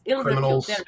criminals